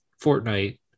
Fortnite